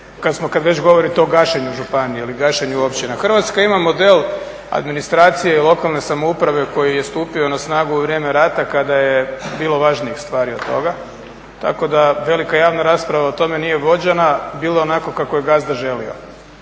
Kada smo, kada već govorite o gašenju županija ili gašenju općina. Hrvatska ima model administracije i lokane samouprave koji je stupio na snagu u vrijeme rata kada je bilo važnijih stvari od toga, tako da velika javna rasprava o tome nije vođena, bilo je onako kako je gazda želio.